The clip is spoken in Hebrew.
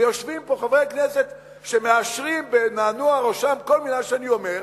ויושבים פה חברי כנסת שמאשרים בנענוע ראשם כל מלה שאני אומר.